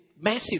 massive